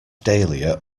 dahlia